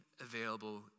available